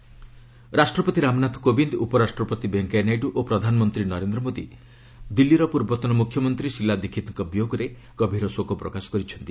କଣ୍ଡୋଲେନ୍ ଶିଲା ଦୀକ୍ଷିତ୍ ରାଷ୍ଟ୍ରପତି ରାମନାଥ କୋବିନ୍ଦ ଉପରାଷ୍ଟ୍ରପତି ଭେଙ୍କୟା ନାଇଡ଼ୁ ଓ ପ୍ରଧାନମନ୍ତ୍ରୀ ନରେନ୍ଦ୍ର ମୋଦୀ ଦିଲ୍ଲୀର ପୂର୍ବତନ ମୁଖ୍ୟମନ୍ତ୍ରୀ ଶିଲା ଦୀକ୍ଷିତଙ୍କ ବିୟୋଗରେ ଗଭୀର ଶୋକ ପ୍ରକାଶ କରିଛନ୍ତି